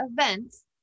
events